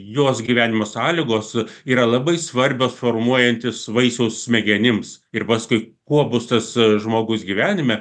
jos gyvenimo sąlygos yra labai svarbios formuojantis vaisiaus smegenims ir paskui kuo bus tas žmogus gyvenime